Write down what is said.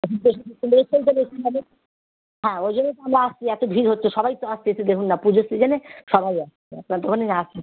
হাঁ ওই জন্যই তো আমরা আসছি এতো ভিড় হচ্ছে সবাই তো আসছে এই তো দেখুন না পুজোর সিজনে সবাই আসছে আপনার দোকানেই আসতেছে